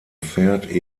pferd